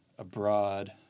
abroad